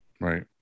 right